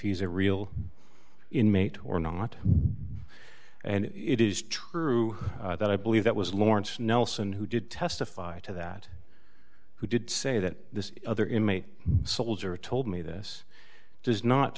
he's a real inmate or not and it is true that i believe that was lawrence nelson who did testify to that who did say that this other inmate soldier told me this does not